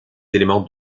éléments